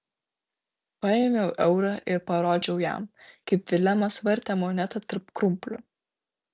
paėmiau eurą ir parodžiau jam kaip vilemas vartė monetą tarp krumplių